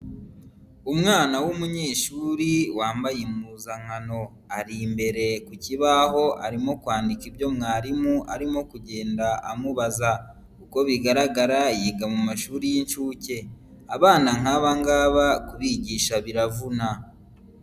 Umwana w'umunyeshuri wambaye impuzankano, ari imbere ku kibaho arimo kwandika ibyo mwarimu arimo kugenda amubaza, uko bigaragara yiga mu mashuri y'inshuke, abana nk'aba ngaba kubigisha biravuna.